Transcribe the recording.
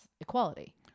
equality